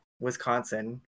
Wisconsin